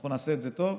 אנחנו נעשה את זה טוב,